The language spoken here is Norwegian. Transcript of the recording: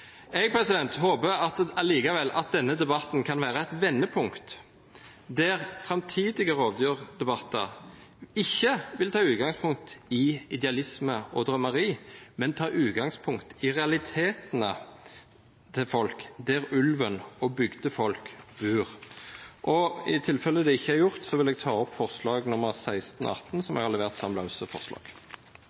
Jeg håper likevel at denne debatten kan være et vendepunkt, der framtidige rovdyrdebatter ikke vil ta utgangspunkt i idealisme og drømmeri, men ta utgangspunkt i realitetene til folk der ulven og bygdefolk bor. I tilfelle det ikke er gjort, vil jeg ta opp forslagene nr. 16–18, fra Senterpartiet. Representanten Geir Pollestad har